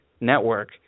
network